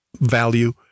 value